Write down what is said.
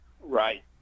Right